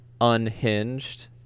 unhinged